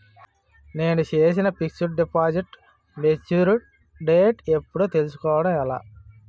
నేను చేసిన fixed deposit mature date ఎప్పుడో తెల్సుకోవడం ఎలా?